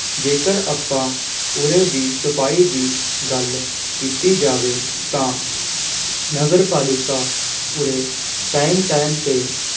ਜੇਕਰ ਆਪਾਂ ਉਰੇ ਦੀ ਸਫ਼ਾਈ ਦੀ ਗੱਲ ਕੀਤੀ ਜਾਵੇ ਤਾਂ ਨਗਰਪਾਲਿਕਾ ਉਰੇ ਟਾਈਮ ਟਾਈਮ 'ਤੇ